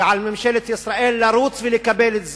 שעל ממשלת ישראל לרוץ ולקבל את זה.